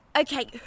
Okay